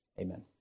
Amen